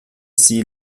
sie